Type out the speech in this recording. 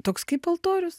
toks kaip altorius